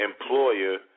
employer